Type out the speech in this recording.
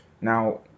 Now